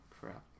crap